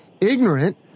ignorant